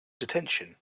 detention